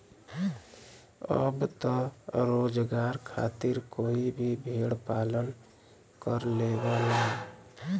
अब त रोजगार खातिर कोई भी भेड़ पालन कर लेवला